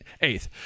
eighth